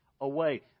away